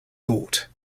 thought